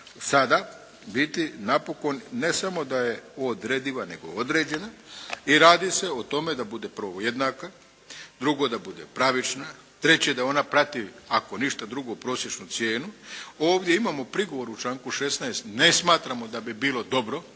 sada biti napokon ne samo da je odrediva nego određena. I radi se o tome da bude prvo jednaka, drugo da bude pravična, treće da ona prati ako ništa drugo prosječnu cijenu. Ovdje imamo prigovor u članku 16. ne smatramo da bi bilo dobro